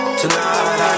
tonight